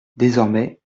désormais